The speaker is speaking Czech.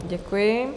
Děkuji.